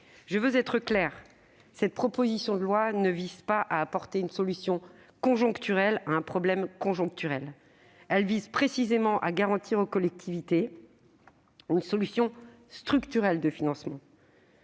Je veux être claire : cette proposition de loi ne vise pas à apporter une solution conjoncturelle à un problème conjoncturel ; elle vise précisément à garantir aux collectivités une solution structurelle de financement.